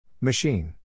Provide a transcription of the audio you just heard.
Machine